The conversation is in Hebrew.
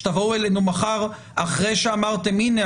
שתבואו אלינו מחר אחרי שאמרתם: הינה,